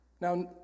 now